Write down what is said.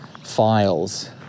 files